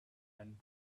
and